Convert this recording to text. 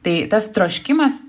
tai tas troškimas